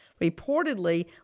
reportedly